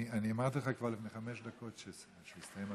אני אמרתי לך כבר לפני חמש דקות שהסתיים הזמן.